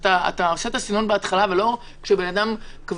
אתה עושה את הסינון בהתחלה ולא כשבן אדם גם